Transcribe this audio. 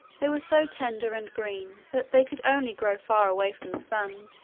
they were so tender and green that they could only grow far away from the sun,